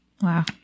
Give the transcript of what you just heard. Wow